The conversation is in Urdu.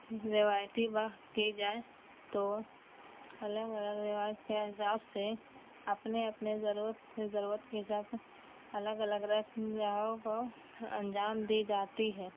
روایتی بات کی جائے تو الگ الگ روایت کے حساب سے اپنے اپنے ضرورت کی ضرورت کے حساب سے الگ الگ رقص جگہوں کو انجام دی جاتی ہے